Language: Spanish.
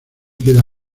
queda